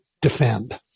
defend